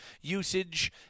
usage